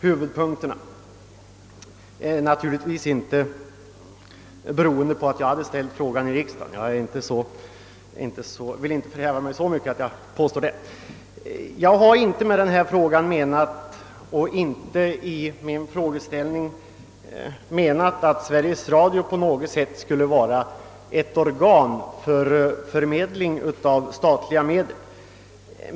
Detta berodde naturligtvis inte på att jag ställt frågan här i kammaren — så vill jag inte förhäva mig. Jag har inte med min frågeställning menat att Sveriges Radio på något sätt skulle vara ett organ för förmedling av statliga medel.